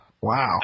Wow